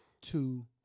two